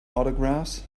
autographs